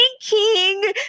King